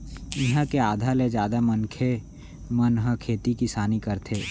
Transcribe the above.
इहाँ के आधा ले जादा मनखे मन ह खेती किसानी करथे